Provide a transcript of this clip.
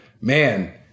man